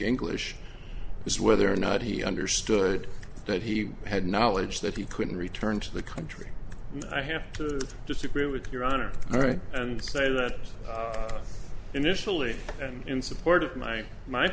english is whether or not he understood that he had knowledge that he couldn't return to the country and i have to disagree with your honor alright and say that initially and in support of my my